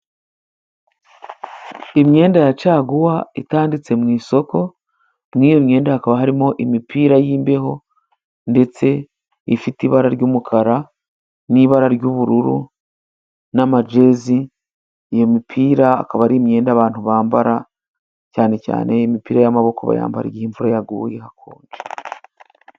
Imyenda ya caguwa itanditse mu isoko, muri iyo myenda hakaba harimo imipira y'imbeho ndetse ifite ibara ry'umukara, n'ibara ry'ubururu, n'amajezi. Iyo mipira ikaba ari imyenda abantu bambara cyane cyane imipira y'amaboko bayambara igihe imvura yaguye hakonje.